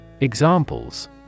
Examples